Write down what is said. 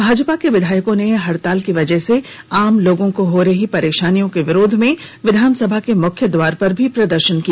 भाजपा के विधायकों ने हड़ताल की वजह से आम लोगों को हो रही परेशानियों के विरोध में विधानसभा के मुख्य द्वार पर भी प्रदर्शन किया